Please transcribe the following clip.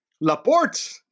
Laporte